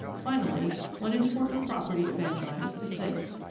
finally, one important property of enzymes is this,